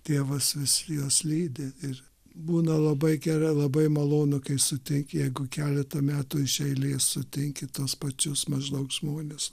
tėvas vis juos lydi ir būna labai gera labai malonu kai sutinki jeigu keletą metų iš eilės sutinki tuos pačius maždaug žmones